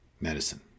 medicine